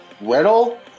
Riddle